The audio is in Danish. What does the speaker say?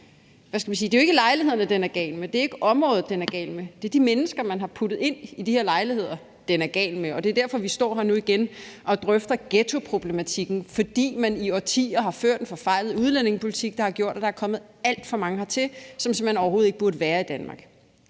Det er jo ikke lejlighederne, den er gal med, det er ikke området, den er gal med, det er de mennesker, man har puttet ind i de her lejligheder, den er gal med, og det er derfor, vi står her nu igen og drøfter ghettoproblematikken, altså fordi man i årtier har ført en forfejlet udlændingepolitik, der har gjort, at der er kommet alt for mange hertil, som simpelt hen overhovedet ikke burde være i Danmark.